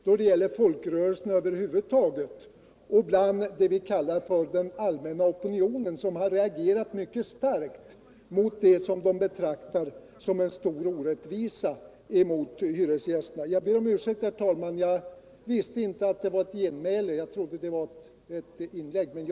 I folkrörelserna över huvud taget och inom vad man kallar den allmänna opinionen har man reagerat mycket starkt mot det som betraktas som en stor orättvisa mot hyresgästerna.